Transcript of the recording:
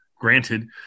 granted